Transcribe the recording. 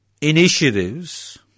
initiatives